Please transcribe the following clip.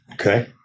Okay